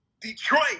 Detroit